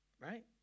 Right